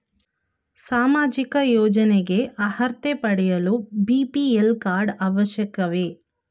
ಸಾಮಾಜಿಕ ಯೋಜನೆಗೆ ಅರ್ಹತೆ ಪಡೆಯಲು ಬಿ.ಪಿ.ಎಲ್ ಕಾರ್ಡ್ ಅವಶ್ಯಕವೇ?